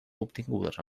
obtingudes